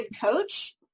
coach